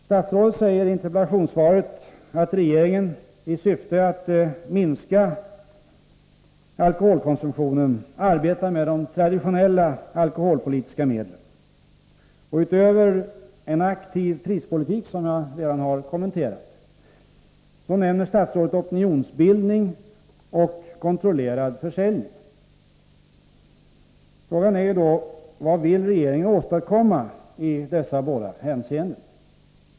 Statsrådet säger i interpellationssvaret att regeringen i syfte att minska alkoholkonsumtionen arbetar med de traditionella alkoholpolitiska medlen. Utöver en aktiv prispolitik, som jag redan kommenterat, nämner statsrådet opinionsbildning och kontrollerad försäljning. Frågan är då vad regeringen vill åstadkomma i dessa båda hänseenden.